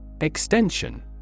Extension